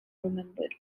remembered